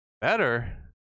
Better